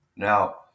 Now